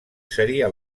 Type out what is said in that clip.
seria